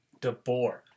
DeBoer